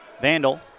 Vandal